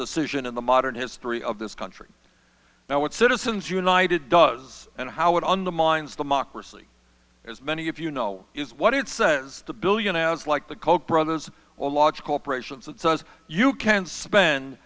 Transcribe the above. decision in the modern history of this country now what citizens united does and how it undermines democracy as many of you know is what it says to billionaires like the koch brothers or large corporations and you can spend